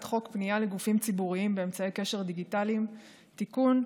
חוק פנייה לגופים ציבוריים באמצעי קשר דיגיטליים (תיקון),